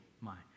mind